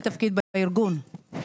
כן.